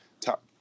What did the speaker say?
top –